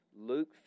Luke